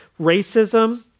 racism